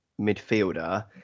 midfielder